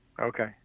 Okay